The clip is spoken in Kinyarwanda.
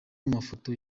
amafoto